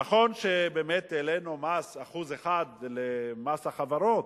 נכון שבאמת העלינו מס, ב-1%, מס החברות,